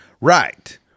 Right